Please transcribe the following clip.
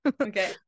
okay